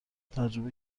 تجربه